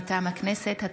מטעם הכנסת,